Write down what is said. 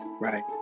Right